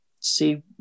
see